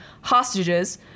hostages